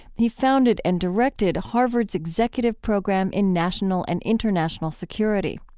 he founded and directed harvard's executive program in national and international security.